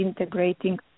integrating